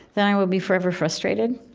then i will be forever frustrated.